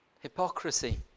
hypocrisy